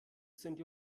sind